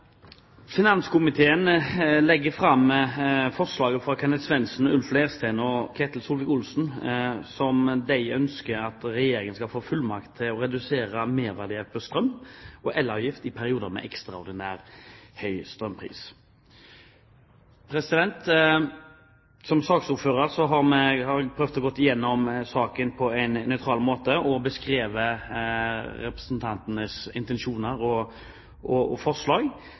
Finanskomiteen legger fram innstilling om representantforslag fra Kenneth Svendsen, Ulf Leirstein og Ketil Solvik-Olsen om å gi Regjeringen fullmakt til å redusere merverdiavgift på strøm og elavgift i perioder med ekstraordinært høy strømpris. Som saksordfører vil jeg prøve å gå gjennom saken på en nøytral måte og beskrive representantenes intensjoner og forslag, og